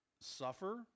suffer